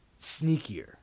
sneakier